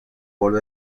borde